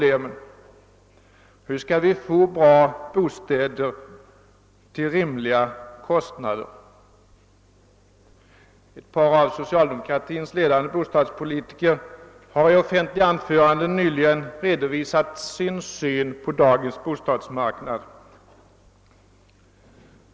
Ett par av socialdemokratins ledande bostadspolitiker har nyligen i offentliga anföranden redovisat sin syn på dagens bostadsmarknad.